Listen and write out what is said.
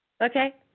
Okay